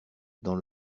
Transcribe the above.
dans